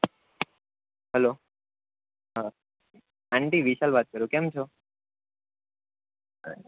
hello હ aunty Vishal વાત કરું કેમ છો